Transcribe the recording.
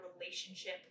relationship